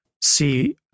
see